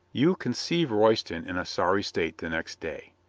you conceive royston in a sorry state the next day.